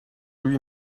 lui